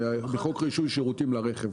אנחנו מכירים מחוק רישוי שירותים לרכב.